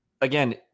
again